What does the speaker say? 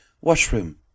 washroom